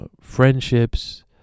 friendships